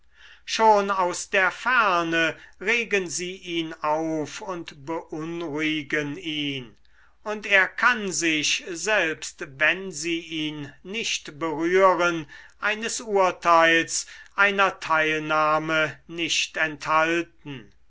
schon aus der ferne regen sie ihn auf und beunruhigen ihn und er kann sich selbst wenn sie ihn nicht berühren eines urteils einer teilnahme nicht enthalten